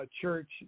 church